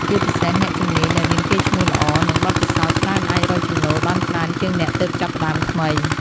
ជាពិសេសអ្នកជំនាញដែលមានកេរ្តិ៍ឈ្មោះល្អ និងបទពិសោធន៍ច្រើនអាចរកចំណូលបានច្រើនជាងអ្នកទើបចាប់ផ្តើមថ្មី។